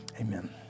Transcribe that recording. Amen